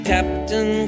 Captain